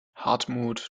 hartmut